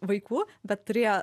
vaikų bet turėjo